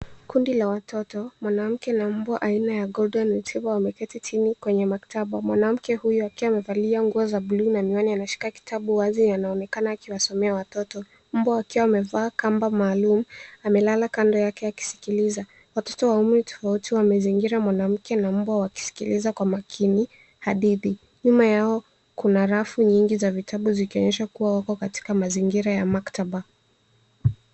Kundi la watoto, mwanamke na mbwa aina ya Golden Retriever wameketi chini kwenye maktaba. Mwanamke huyo akiwa amevalia nguo za blue na miwani anashika kitabu wazi na anaonekana akiwasomea watoto. Mbwa wakiwa wamevaa kamba maalumu, amelala kando yake akisikiliza. Watoto wa umri tofauti wamezingiri mwanamke na mbwa wakisikiliza kwa makini, hadithi. Nyuma yao kuna rafu nyingi za vitabu zikionyesha kuwa wako katika mazingira ya maktaba.